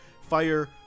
Fire